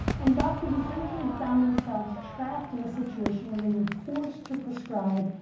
and doctors essentially found themselves trapped in a situation where they were forced to prescribe,